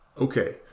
Okay